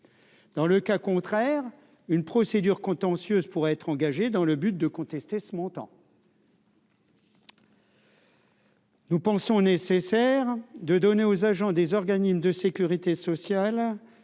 dans le cas contraire, une procédure contentieuse pourraient être engagée dans le but de contester ce montant. Nous pensons nécessaire de donner aux agents des organismes de Sécurité sociale,